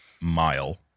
mile